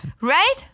Right